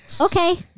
Okay